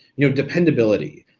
you know, dependability.